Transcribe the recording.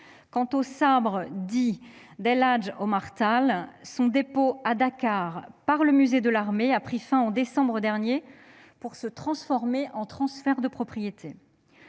Quant au sabre dit « d'El Hadj Oumar Tall », son dépôt à Dakar par le musée de l'Armée a pris fin en décembre dernier, pour se transformer en transfert de propriété.